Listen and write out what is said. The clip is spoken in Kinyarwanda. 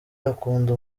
akunda